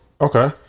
okay